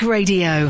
Radio